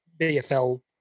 bfl